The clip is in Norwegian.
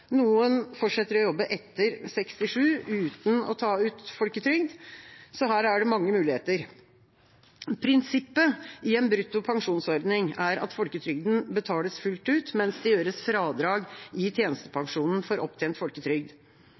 Noen fortsetter å jobbe etter 67 år, uten å ta ut folketrygd. Så her er det mange muligheter. Prinsippet i en brutto pensjonsordning er at folketrygden betales fullt ut, mens det gjøres fradrag i tjenestepensjonen for opptjent folketrygd.